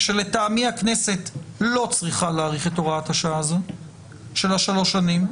שלטעמי הכנסת לא צריכה להאריך את הוראת השעה הזאת של השלוש שנים.